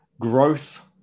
growth